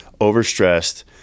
overstressed